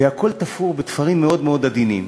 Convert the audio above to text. והכול תפור בתפרים מאוד מאוד עדינים.